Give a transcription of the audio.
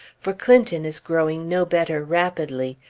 for clinton is growing no better rapidly.